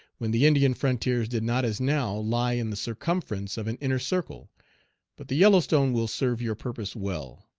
when the indian frontiers did not as now, lie in the circumference of an inner circle but the yellowstone will serve your purpose well.